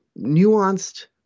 nuanced